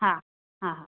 हा हा